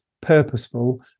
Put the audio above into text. purposeful